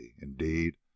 Indeed